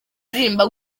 kuririmba